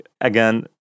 again